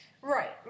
Right